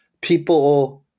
people –